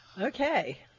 Okay